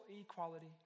equality